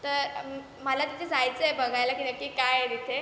तर मला तिथे जायचं आहे बघायला की नक्की काय आहे तिथे